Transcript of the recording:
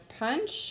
punch